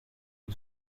que